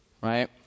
right